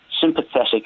sympathetic